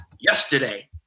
yesterday